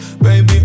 Baby